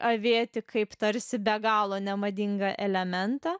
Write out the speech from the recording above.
avėti kaip tarsi be galo nemadingą elementą